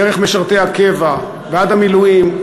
דרך משרתי הקבע ועד המילואים.